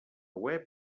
web